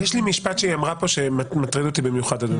יש לי משפט שהיא אמרה כאן והוא מטריד אותי במיוחד.